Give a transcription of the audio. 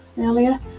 earlier